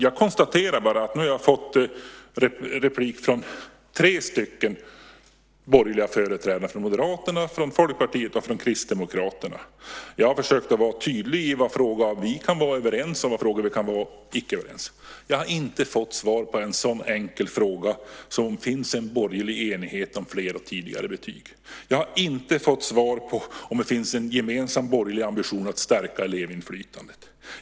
Jag konstaterar bara att nu har jag fått repliker från tre borgerliga företrädare, från Moderaterna, Folkpartiet och Kristdemokraterna. Jag har försökt att vara tydlig med vilka frågor vi kan vara överens om och vilka frågor vi inte kan vara överens om. Jag har inte fått svar på en sådan enkel fråga som om det finns en borgerlig enighet om fler och tidigare betyg. Jag har inte fått svar på frågan om det finns en gemensam borgerlig ambition att stärka elevinflytandet.